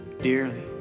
dearly